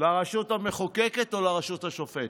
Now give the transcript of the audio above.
לרשות המחוקקת, או לרשות השופטת,